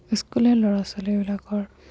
স্কুলীয়া ল'ৰা ছোৱালীবিলাকৰ